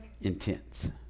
intense